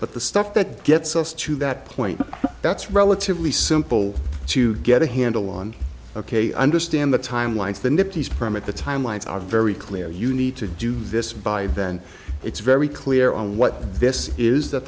but the stuff that gets us to that point that's relatively simple to get a handle on ok they understand the timelines the niftiest permit the timelines are very clear you need to do this by then it's very clear on what this is that